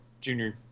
junior